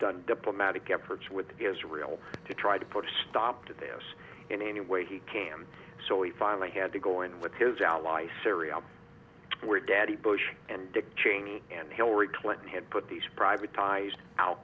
done diplomatic efforts with israel to try to put a stop to this in any way he can so he finally had to go in with his ally syria where daddy bush and dick cheney and hillary clinton had put these privatized